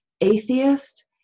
atheist